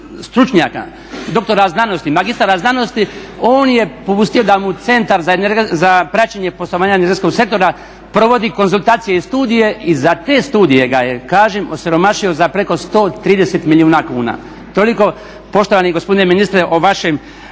stručnjaka, doktora znanosti, magistara znanosti on je pustio da mu Centar za praćenje poslovanja energetskog sektora provodi konzultacije i studije i za te studije ga je kažem osiromašio za preko 130 milijuna kuna. Toliko poštovani gospodine ministre o vašem